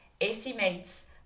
estimates